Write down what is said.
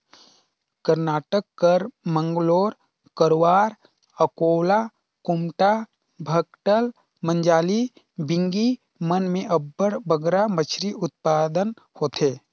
करनाटक कर मंगलोर, करवार, अकोला, कुमटा, भटकल, मजाली, बिंगी मन में अब्बड़ बगरा मछरी उत्पादन होथे